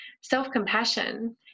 Self-compassion